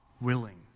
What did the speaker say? willing